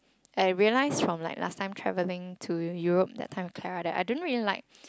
I realize from like last time travelling to Europe that time with Clara that I don't really like